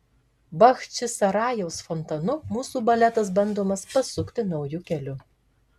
bachčisarajaus fontanu mūsų baletas bandomas pasukti nauju keliu